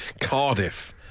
Cardiff